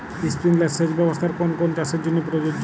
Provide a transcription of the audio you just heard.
Sprinkler সেচ ব্যবস্থার কোন কোন চাষের জন্য প্রযোজ্য?